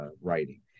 writing